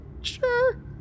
Sure